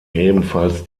ebenfalls